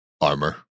armor